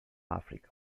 àfrica